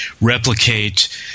replicate